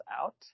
out